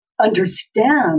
understand